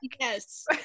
yes